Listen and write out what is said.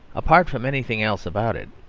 apart from anything else about it,